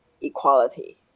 equality